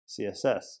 CSS